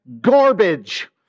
garbage